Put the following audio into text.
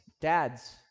dads